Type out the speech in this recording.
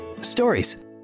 Stories